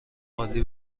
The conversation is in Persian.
خالی